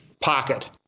pocket